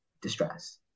distress